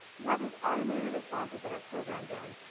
you have these automated responses that are programmed in,